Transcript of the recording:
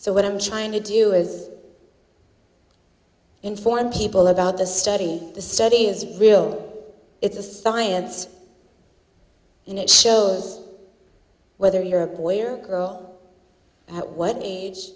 so what i'm trying to do is inform people about the study the study is real it's a science and it shows whether you're a boy or girl at what age